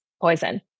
poison